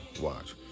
Watch